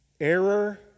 Error